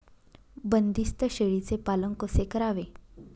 बंदिस्त शेळीचे पालन कसे करावे?